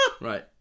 right